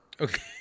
okay